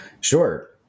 Sure